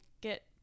get –